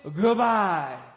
goodbye